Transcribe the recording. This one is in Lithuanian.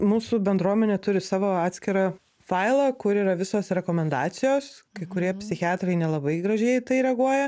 mūsų bendruomenė turi savo atskirą failą kur yra visos rekomendacijos kai kurie psichiatrai nelabai gražiai į tai reaguoja